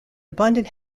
abundant